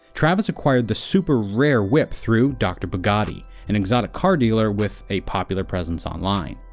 travis acquired the super rare whip through dr. bugatti, an exotic car dealer with a popular presence online.